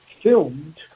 filmed